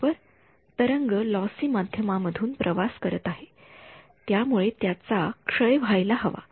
बरोबर तरंग लॉसी माध्यमातुन प्रवास करत आहे त्यामुळे तिचा क्षय व्हायला हवा